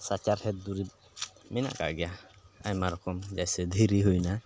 ᱥᱟᱪᱟᱨ ᱦᱮᱫ ᱫᱩᱨᱤᱵ ᱢᱮᱱᱟᱜ ᱠᱟᱜ ᱜᱮᱭᱟ ᱟᱭᱢᱟ ᱨᱚᱠᱚᱢ ᱡᱮᱥᱮ ᱫᱷᱤᱨᱤ ᱦᱩᱭᱱᱟ